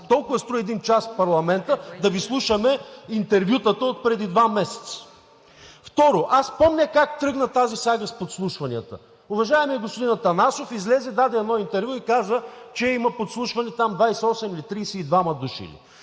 Толкова струва един част в парламента да Ви слушаме интервютата отпреди два месеца! Второ, помня как тръгна тази сага с подслушванията. Уважаемият господин Атанасов излезе, даде едно интервю и каза, че има подслушвани – 28 или 32 души.